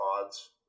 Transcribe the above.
pods